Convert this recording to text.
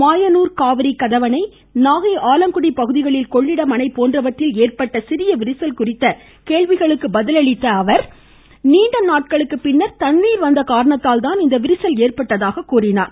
மாயனூர் காவிரி கதவணை நாகை ஆலங்குடி பகுதிகளில் கொள்ளிடம் அணை போன்றவற்றில் ஏற்பட்ட விரிசல் குறித்த கேள்விகளுக்கு பதில் அளித்த அவா் நீண்ட நாட்களுக்கு பின்னர் தண்ணீர் வந்த காரணத்தால் தான் இந்த விரிசல் ஏற்பட்டதாக கூறியுள்ளார்